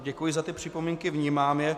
Děkuji za ty připomínky, vnímám je.